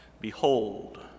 Behold